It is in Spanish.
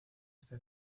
esta